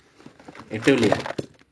இருவது:iruvathu